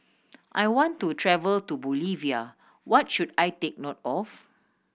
I want to travel to Bolivia what should I take note of